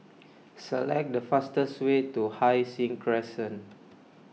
select the fastest way to Hai Sing Crescent